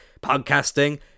podcasting